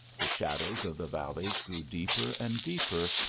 the shadows of the valleys grew deeper and deeper,